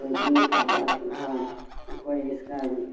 کوئی دین کا بات وات کوئی اس کا